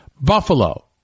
Buffalo